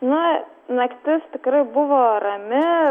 na naktis tikrai buvo rami